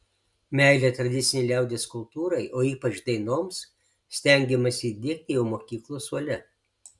meilę tradicinei liaudies kultūrai o ypač dainoms stengiamasi diegti jau mokyklos suole